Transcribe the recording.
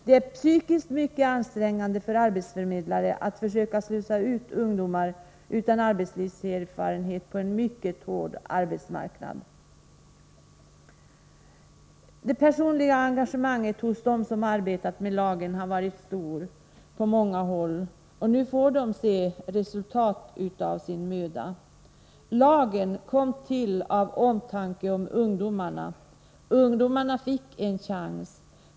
Det är psykiskt mycket ansträngande för en arbetsförmedlare att försöka slussa ut ungdomar utan arbetslivserfarenhet på en mycket hård arbetsmarknad. Det personliga engagemanget hos dem som arbetat med lagen har varit stort på många håll, och nu får de se resultat av sin möda. Lagen kom till av omtanke om ungdomarna. Ungdomarna fick en chans.